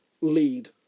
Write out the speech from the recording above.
lead